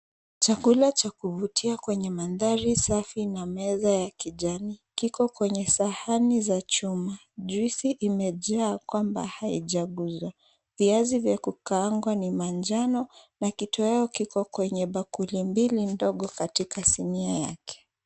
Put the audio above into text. Chakula cha kuvutia kwenye mandhari safi na meza ya kijani, kiko kwenye sahani za chuma. Juisi imejaa kwamba haijaguzwa. Viazi vya kukaangwa ni manjano, na kitoweo kiko kwenye bakuli mbili ndogo katika sinia yake.